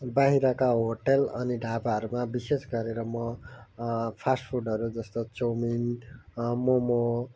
बाहिरका होटल अनि ढाबाहरूमा विशेष गरेर म फास्ट फुडहरू जस्तो चाउमिन मोमो